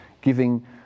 giving